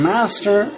Master